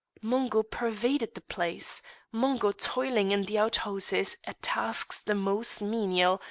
mungo pervaded the place mungo toiling in the outhouses at tasks the most menial,